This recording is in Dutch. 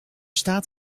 staat